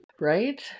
Right